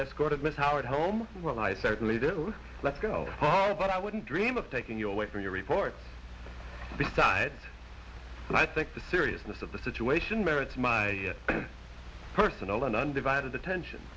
escorted miss howard home while i certainly do let go hard but i wouldn't dream of taking you away from your report and i think the seriousness of the situation merits my personal and undivided attention